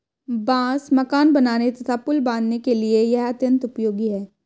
बांस मकान बनाने तथा पुल बाँधने के लिए यह अत्यंत उपयोगी है